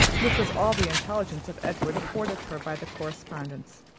which was all the intelligence of edward afforded her by the correspondence,